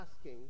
asking